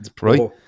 right